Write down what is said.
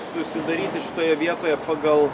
susidaryti šitoje vietoje pagal